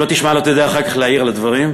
אם לא תשמע לא תדע אחר כך להעיר על הדברים,